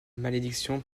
malédiction